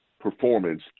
performance